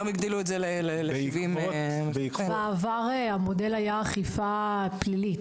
המודל בעבר היה אכיפה פלילית.